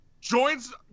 joins